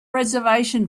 reservation